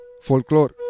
folklore